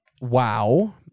Wow